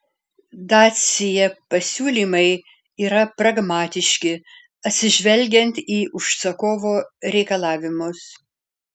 dacia pasiūlymai yra pragmatiški atsižvelgiant į užsakovo reikalavimus